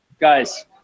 guys